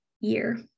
year